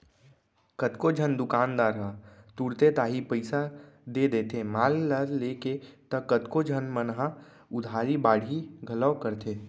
कतको झन दुकानदार ह तुरते ताही पइसा दे देथे माल ल लेके त कतको झन मन ह उधारी बाड़ही घलौ करथे